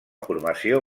formació